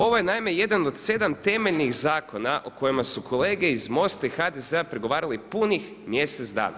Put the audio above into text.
Ovo je naime jedan od 7 temeljnih zakona o kojima su kolege iz MOST-a i HDZ-a pregovarali punih mjesec dana.